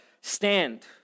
Stand